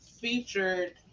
featured